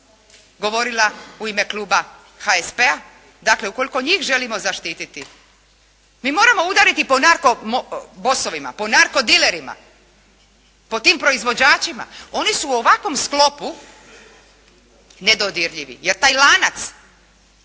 govorila, u ime Kluba HSP-a. Dakle, ukoliko njih želimo zaštiti, mi moramo udariti po narkobossovima, po narkodilerima, po tim proizvođačima, oni su u ovakvom sklopu nedodirljivi. Jer taj lanac